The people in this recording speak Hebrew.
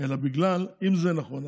אלא אם זה נכון,